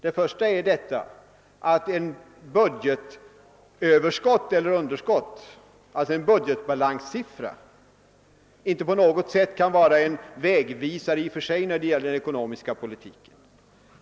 Den första förutsättningen är att budgetbalanssiffror — budgetöverskott eller underskott — inte kan vara någon vägvisare i och för sig för den ekonomiska politiken.